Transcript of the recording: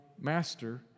master